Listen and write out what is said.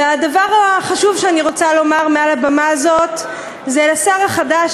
הדבר החשוב שאני רוצה לומר מעל הבמה הזאת הוא לשר החדש,